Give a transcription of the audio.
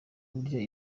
burya